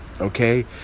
Okay